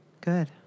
Good